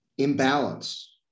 imbalance